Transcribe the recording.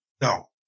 No